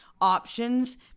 options